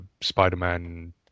Spider-Man